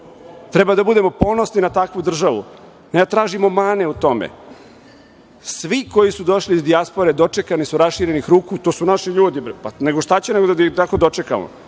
Treba da budemo ponosni na takvu državu, a ne da tražimo mane u tom. Svi koji su došli iz dijaspore dočekani su raširenih ruku. To su naši ljudi bre, nego šta će nego da ih tako dočekamo.